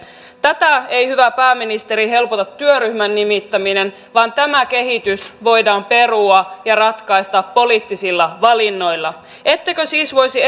tätä ei hyvä pääministeri helpota työryhmän nimittäminen vaan tämä kehitys voidaan perua ja ratkaista poliittisilla valinnoilla ettekö siis voisi